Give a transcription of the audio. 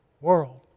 world